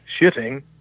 shitting